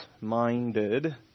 minded